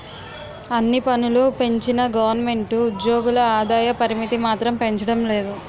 అన్ని పన్నులూ పెంచిన గవరమెంటు ఉజ్జోగుల ఆదాయ పరిమితి మాత్రం పెంచడం లేదు